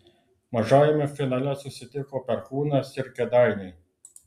mažajame finale susitiko perkūnas ir kėdainiai